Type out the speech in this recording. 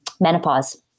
Menopause